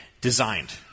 designed